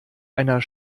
einer